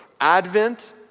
Advent